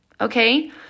okay